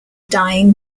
dying